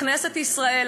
מכנסת ישראל,